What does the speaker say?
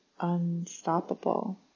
unstoppable